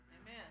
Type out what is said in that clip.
Amen